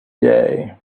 day